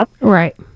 Right